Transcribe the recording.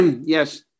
Yes